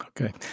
Okay